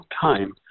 time